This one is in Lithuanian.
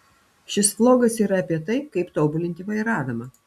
šis vlogas yra apie tai kaip tobulinti vairavimą